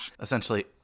essentially